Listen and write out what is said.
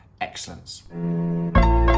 excellence